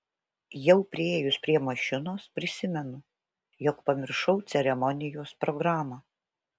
jau priėjus prie mašinos prisimenu jog pamiršau ceremonijos programą